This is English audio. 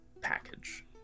package